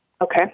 Okay